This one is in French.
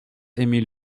émile